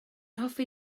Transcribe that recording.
hoffi